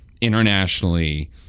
internationally